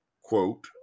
quote